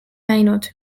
näinud